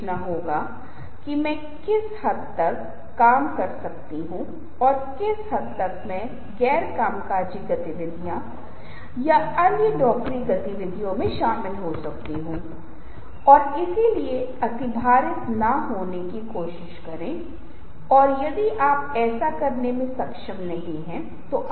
आधिकारिक आंकड़ा यदि आप अपने संदर्भ में कुछ लोगों को इसका उपयोग करने के लिए संदर्भित कर सकते हैं जिन्होंने हमें कुछ बेचने के लिए कहा और कहा कि यह लोग और अन्य लोग जो वे सभी इसका उपयोग करते हैं इस संस्थान या किसी अन्य प्रसिद्ध संस्थान ने इसका उपयोग किया है अधिकार के आंकड़ों के रूप में कार्य करें या यदि आप स्वयं एक आधिकारिक व्यक्ति हैं विश्वास करना चाहते हैं तो पांच अलग अलग चीजों में से दूसरे व्यक्ति में आपको यह कहना है हालांकी उस व्यक्ति को उनमें से दो पर विश्वास करने में दिलचस्पी है या उनमें से दो में रुचि है